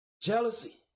Jealousy